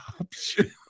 option